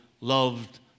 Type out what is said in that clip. loved